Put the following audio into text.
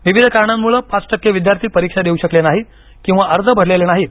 विविध कारणांमुळे पाच टक्के विद्यार्थी परीक्षा देऊ शकले नाहीत किंवा अर्ज भरलेले नाहीत